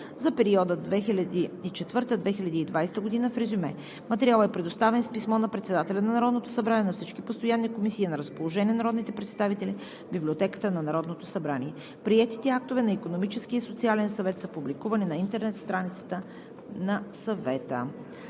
за периода 2004 – 2020 г., в резюме. Материалът е предоставен с писмо на председателя на Народното събрание на всички постоянни комисии и е на разположение на народните представители в Библиотеката на Народното събрание. Приетите актове на Икономическия и социален съвет са публикувани на интернет страницата на Съвета.